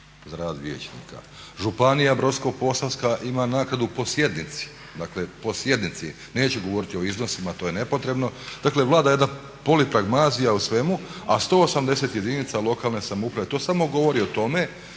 rad vijećnika, Županija brodsko-posavska ima naknadu po sjednici, dakle po sjednici, neću govoriti o iznosima, to je nepotrebno. Dakle, vlada jedna polipragmazija u svemu, a 180 jedinica lokalne samouprave to samo govori o tome